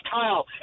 Kyle